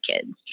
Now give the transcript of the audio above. kids